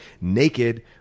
naked